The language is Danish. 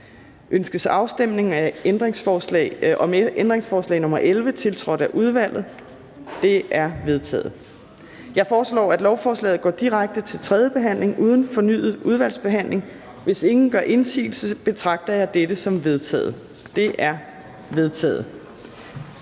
Ønskes afstemning om ændringsforslag nr. 11, tiltrådt af udvalget? Det er vedtaget. Jeg foreslår, at lovforslaget går direkte til tredje behandling uden fornyet udvalgsbehandling. Hvis ingen gør indsigelse, betragter jeg dette som vedtaget. Det er vedtaget.